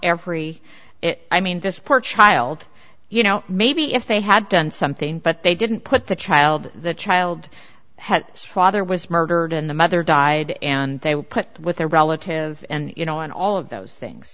every i mean this poor child you know maybe if they had done something but they didn't put the child the child had his father was murdered and the mother died and they were put with a relative and you know and all of those things